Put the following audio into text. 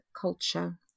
culture